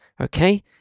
Okay